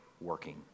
working